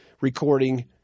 recording